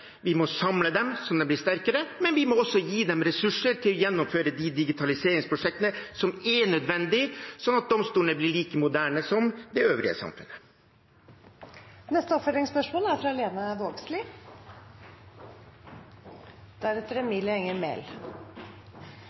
vi må samle dem så de blir sterkere, men vi må også gi dem ressurser til å gjennomføre de digitaliseringsprosjektene som er nødvendige, slik at domstolene blir like moderne som det øvrige samfunnet. Det blir oppfølgingsspørsmål – først Lene Vågslid.